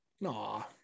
no